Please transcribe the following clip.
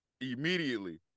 Immediately